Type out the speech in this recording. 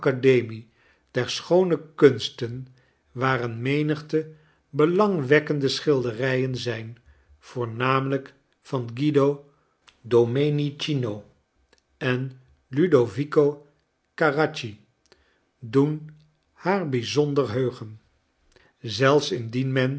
der schoone kunsten waar een menigte belangwekkende schilderijen zyn voornamelijk van guido domenichino en ludovico caracci doen haar bijzonder heugen zelfs indien